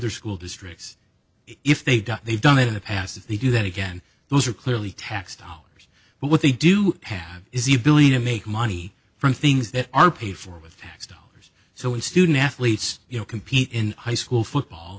their school districts if they've done they've done it in the past if they do that again those are clearly tax dollars but what they do have is the ability to make money from things that are paid for with tax dollars so in student athletes you know compete in high school football